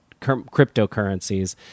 cryptocurrencies